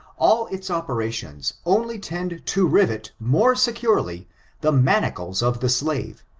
all its ope rations only tend to rivet more securely the manacles of the slave,